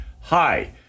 hi